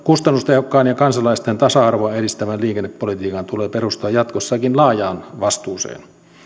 kustannustehokkaan ja kansalaisten tasa arvoa edistävän liikennepolitiikan tulee perustua jatkossakin laajaan vastuuseen